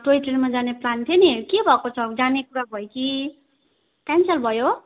toy ट्रेनमा जाने plan थियो नि के भएको छ जाने कुरा भयो कि क्यान्सल भयो